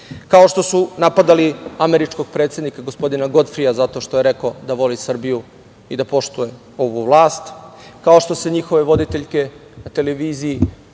kao što su napadali američkog ambasadora, gospodina Godfrija, zato što je rekao da voli Srbiju i da poštuje ovu vlast, kao što se njihove voditeljke na televiziji